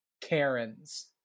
Karens